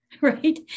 right